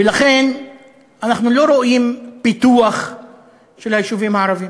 ולכן אנחנו לא רואים פיתוח של היישובים הערביים,